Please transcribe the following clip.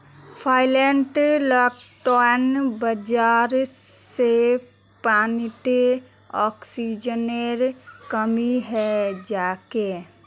फाइटोप्लांकटनेर वजह से पानीत ऑक्सीजनेर कमी हैं जाछेक